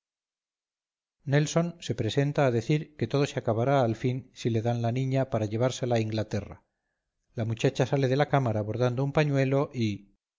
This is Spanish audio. nelson se presenta a decir que todo se acabará al fin si le dan la niña para llevársela a inglaterra la muchacha sale de la cámara bordando un pañuelo y